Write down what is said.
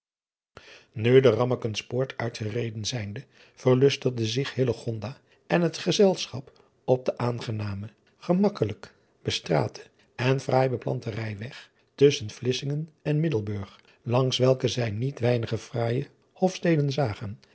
u de ammekenspoort uitgereden zijnde verlustigde zich en het gezelschap op den aangenamen gemakkelijk bestraten en fraai beplanten rijweg tusschen lissingen en iddelburg langs welken zij niet weinige fraaije ofsteden zagen